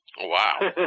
Wow